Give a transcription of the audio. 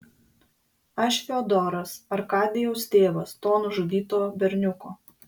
aš fiodoras arkadijaus tėvas to nužudyto berniuko